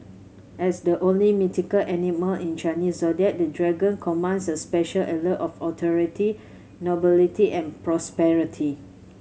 as the only mythical animal in Chinese Zodiac the Dragon commands a special allure of authority nobility and prosperity